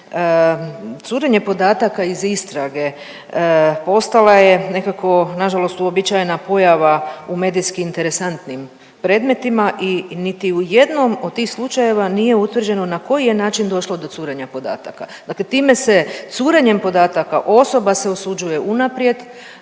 curenje podataka iz istrage postala je nekako, nažalost uobičajena pojava u medijski interesantnim predmetima i niti u jednom od tih slučajeva nije utvrđeno na koji je način došlo do curenja podataka. Dakle, time se curenjem podataka osoba se osuđuje unaprijed